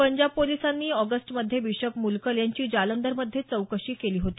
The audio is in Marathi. पंजाब पोलिसांनीही ऑगस्टमध्ये बिशप मुलकल यांची जालंधरमध्ये चौकशी केली होती